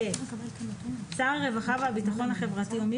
(ב) שר הרווחה והביטחון החברתי או מי